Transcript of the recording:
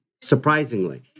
surprisingly